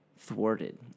Thwarted